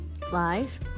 five